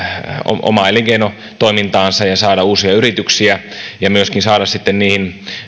elinkeinotoimintaansa ja saada uusia yrityksiä ja myöskin saada sitten niihin